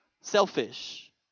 selfish